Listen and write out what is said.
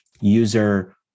user